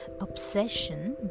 obsession